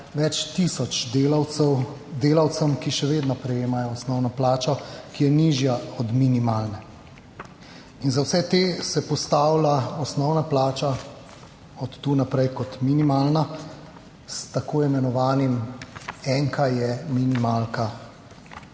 več tisoč delavcev, ki še vedno prejemajo osnovno plačo. Ki je nižja od minimalne in za vse te se postavlja osnovna plača od tu naprej kot minimalna s tako imenovanim enka je minimalka